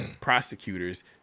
prosecutors